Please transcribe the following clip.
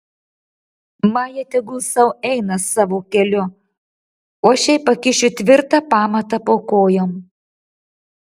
maja tegul sau eina savo keliu o aš jai pakišiu tvirtą pamatą po kojom